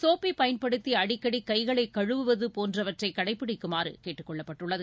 சோப்பை பயன்படுத்தி அடிக்கடி கைகளை கழுவுவது போன்றவற்றை கடைப்பிடிக்குமாறு கேட்டுக்கொள்ளப்பட்டுள்ளது